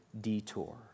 detour